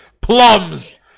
plums